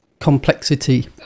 Complexity